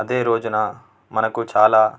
అదే రోజున మనకు చాలా